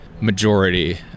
majority